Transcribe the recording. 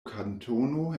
kantono